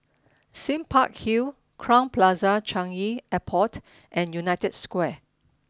Sime Park Hill Crowne Plaza Changi Airport and United Square